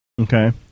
Okay